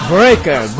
Breaker